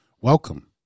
welcome